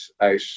out